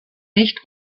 nicht